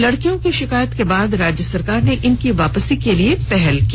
लड़कियों की शिकायत के बाद राज्य सरकार ने इनकी वापसी के लिए पहल की